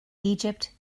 egypt